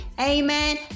Amen